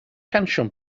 pensiwn